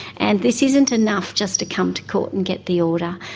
and this isn't enough just to come to court and get the order,